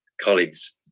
colleagues